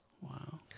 Wow